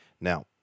Now